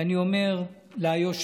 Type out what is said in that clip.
ואני אומר ליושבת-ראש